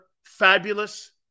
fabulous